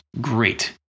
great